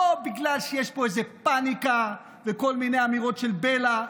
לא בגלל שיש פה איזה פניקה וכל מיני אמירות של בלע,